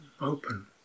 open